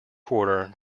quarter